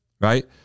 right